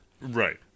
Right